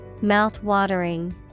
Mouth-watering